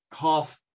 half